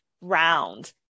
round